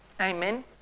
Amen